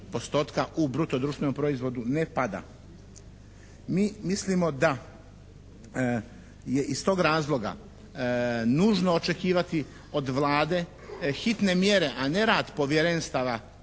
u bruto društvenom proizvodu ne pada. Mi mislimo da je iz tog razloga nužno očekivati od Vlade hitne mjere, a ne rad povjerenstava